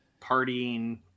partying